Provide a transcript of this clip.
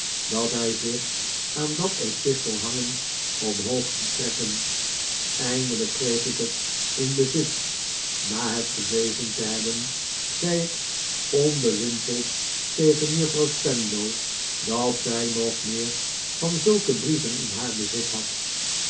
dat hij zich aan dat epistel hangend omhoog liet trekken eindelijk kreeg ik het in bezit na het gelezen te hebben zei ik onbewimpeld tegen juffrouw spenlow dat zij nog meer van zulke brieven in haar bezit had